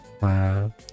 Wow